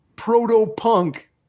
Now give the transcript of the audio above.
Proto-punk